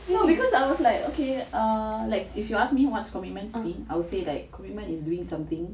no because I was like okay err like if you ask me what's commitment to me I would say like commitment is doing something